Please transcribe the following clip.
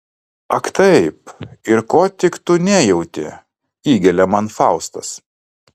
ak taip ir ko tik tu nejauti įgelia man faustas